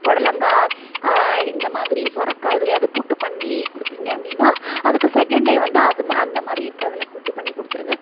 புடலங்கா இந்த மாதிரி சுரக்கா எதுலியாவது கூட்டு பண்ணி கொடுப்பிங்க அப்படின்னா அதுக்கு செகண்ட் டே வந்து அது அந்த மாதிரி இருக்கிறதுல கூட்டு பண்ணி கொடுத்துருங்க